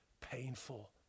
painful